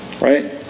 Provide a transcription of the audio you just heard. Right